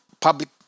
public